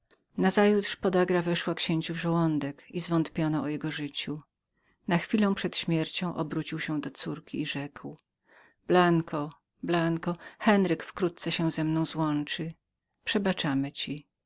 nazajutrz podagra weszła księciu w żołądek i zwątpiono o jego życiu na chwilę przed śmiercią obrócił się do córki i rzekł blanko blanko henryk wkrótce się zemną złączy przebaczamy ci